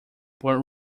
but